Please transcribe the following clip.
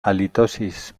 halitosis